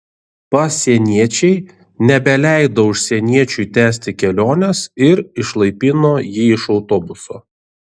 pasieniečiai nebeleido užsieniečiui tęsti kelionės ir išlaipino jį iš autobuso